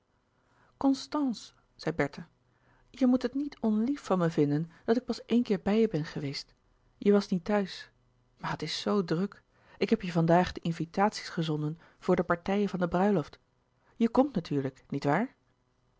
constance zei bertha je moet het niet onlief van me vinden dat ik pas éen keer bij je ben geweest je was niet thuis maar het is zoo druk ik heb je vandaag de invitaties gezonden voor de partijen van de bruiloft je komt natuurlijk niet waar